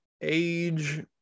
age